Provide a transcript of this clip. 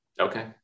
Okay